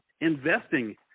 Investing